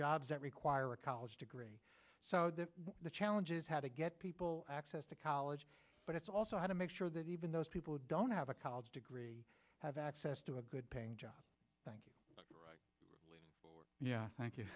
jobs that require a college degree so the challenge is how to get people access to college but it's also how to make sure that even those people who don't have a college degree have access to a good paying job thank you yeah thank